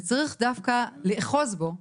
וצריך דווקא לאחוז בו,